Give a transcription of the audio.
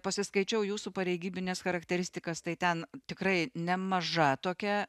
pasiskaičiau jūsų pareigybines charakteristikas tai ten tikrai nemaža tokia